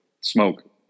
smoke